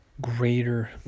greater